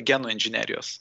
genų inžinerijos